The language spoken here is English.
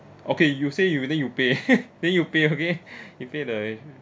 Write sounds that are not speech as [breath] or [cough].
okay you say you and then you pay [laughs] and then you pay okay [breath] you pay the